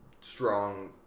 strong